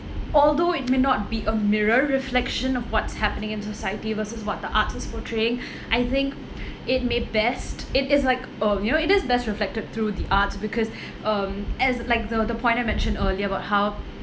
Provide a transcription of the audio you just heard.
although it may not be a mirror reflection of what's happening in society versus what the artist's portraying I think it may best it is like uh you know it is best reflected through the arts because um as like the the point I mentioned earlier about how